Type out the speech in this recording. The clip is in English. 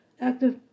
active